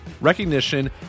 recognition